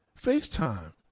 FaceTime